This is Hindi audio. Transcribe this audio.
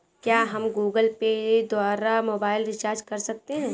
क्या हम गूगल पे द्वारा मोबाइल रिचार्ज कर सकते हैं?